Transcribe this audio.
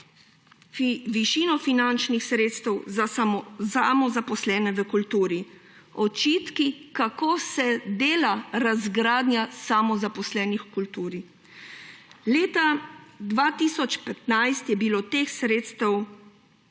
višino finančnih sredstev za samozaposlene v kulturi; očitki, kako se dela razgradnja samozaposlenih v kulturi. Leta 2015 je bilo teh sredstev